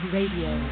Radio